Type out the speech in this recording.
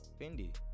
Fendi